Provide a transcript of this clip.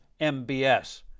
MBS